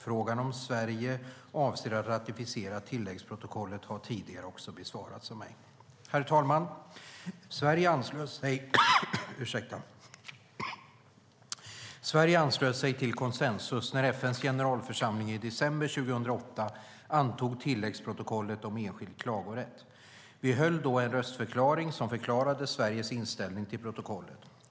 Frågan om Sverige avser att ratificera tilläggsprotokollet har tidigare också besvarats av mig. Herr talman! Sverige anslöt sig till konsensus när FN:s generalförsamling i december 2008 antog tilläggsprotokollet om enskild klagorätt. Vi höll då en röstförklaring som förklarade Sveriges inställning till protokollet.